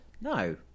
No